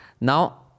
Now